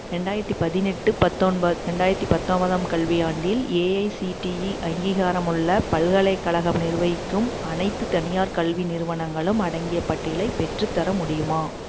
ரெண்டாயிரத்தி பதினெட்டு பத்தொன்பது ரெண்டாயிரத்தி பத்தொம்பதாம் கல்வியாண்டில் ஏஐசிடிஇ அங்கீகாரமுள்ள பல்கலைக்கழகம் நிர்வகிக்கும் அனைத்துத் தனியார் கல்வி நிறுவனங்களும் அடங்கிய பட்டியலை பெற்றுத்தர முடியுமா